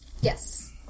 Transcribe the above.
Yes